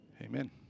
Amen